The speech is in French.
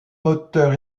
moteur